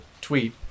tweet